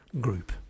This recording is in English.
Group